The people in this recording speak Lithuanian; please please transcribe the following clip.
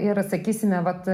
ir sakysime vat